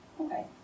Okay